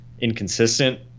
inconsistent